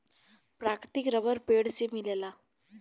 प्राकृतिक रबर पेड़ से मिलेला